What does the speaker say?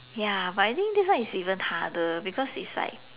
ya but I think this one is even harder because is like